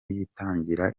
yitangira